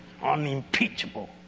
unimpeachable